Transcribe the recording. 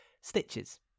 Stitches